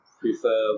prefer